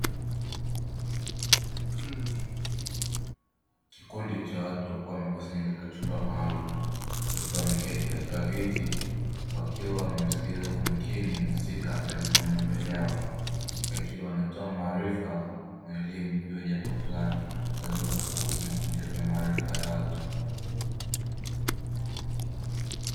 Kikundi cha watu wakiwa wamekusanyika katika chumba maalumu, wakiwa wameketi katika viti wakiwa wamemsikiliza kwa makini mhusika ambaye amesimama mbele yao, akiwa anatoa maarifa na elimu juu ya jambo fulani kwa lengo la kukuza na kuongeza maarifa ya watu.